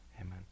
Amen